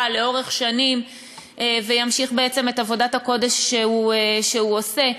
לאורך שנים וימשיך את עבודת הקודש שהוא עושה.